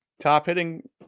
top-hitting